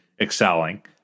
excelling